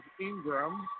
Ingram